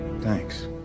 Thanks